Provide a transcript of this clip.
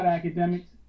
academics